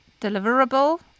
deliverable